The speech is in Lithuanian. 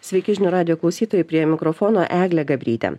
sveiki žinių radijo klausytojai prie mikrofono eglė gabrytė